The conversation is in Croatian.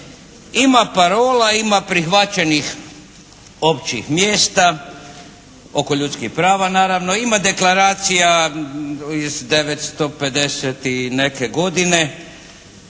Ima parola, ima prihvaćenih općih mjesta oko ljudskih prava naravno, ima deklaracija iz 1950 i neke godine,